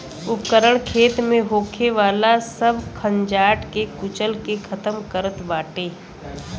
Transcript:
उपकरण खेत में होखे वाला सब खंजाट के कुचल के खतम करत बाटे